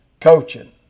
coaching